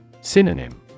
Synonym